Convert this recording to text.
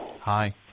Hi